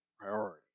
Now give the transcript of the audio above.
priority